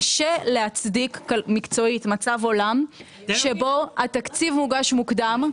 קשה להצדיק מקצועית מצב עולם שבו התקציב מוגש מוקדם,